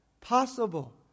possible